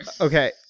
Okay